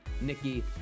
Nikki